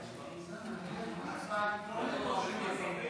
ההצבעה היא אלקטרונית?